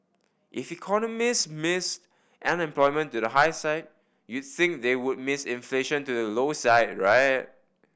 if economist missed unemployment to the high side you'd think they would miss inflation to the low side right